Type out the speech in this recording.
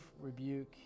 rebuke